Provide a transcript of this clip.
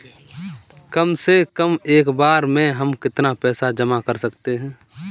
कम से कम एक बार में हम कितना पैसा जमा कर सकते हैं?